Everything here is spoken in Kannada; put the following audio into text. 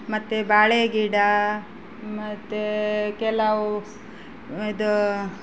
ಮತ್ತು ಬಾಳೇ ಗಿಡ ಮತ್ತು ಕೆಲವು ಇದು